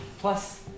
Plus